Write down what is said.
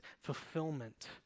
fulfillment